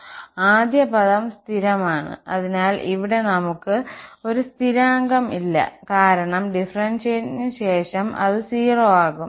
ആദ്യ പദം സ്ഥിരമാണ് അതിനാൽ ഇവിടെ നമുക്ക് ഒരു സ്ഥിരാങ്കം ഇല്ല കാരണം ഡിഫറെൻഷ്യറ്റ് ശേഷം അത് 0 ആകും